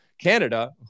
Canada